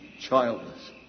childless